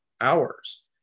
hours